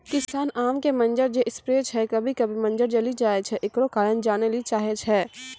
किसान आम के मंजर जे स्प्रे छैय कभी कभी मंजर जली जाय छैय, एकरो कारण जाने ली चाहेय छैय?